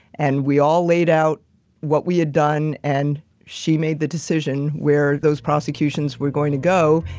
and we all laid out what we had done, and she made the decision where those prosecutions were going to go,